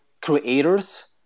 creators